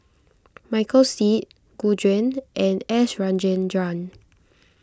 Michael Seet Gu Juan and S Rajendran